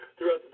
Throughout